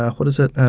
what is it?